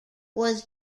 was